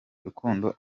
rukundo